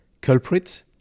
culprit